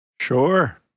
Sure